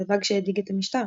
דבר שהדאיג את המשטר.